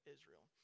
Israel